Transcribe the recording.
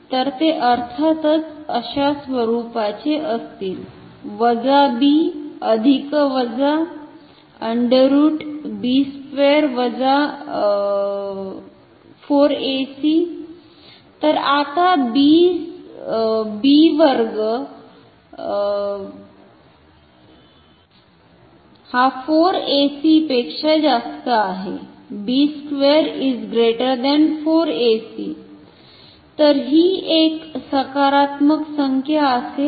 तर ते अर्थातच अशा स्वरुपाचे असतील तर आता तर ही एक सकारात्मक संख्या असेल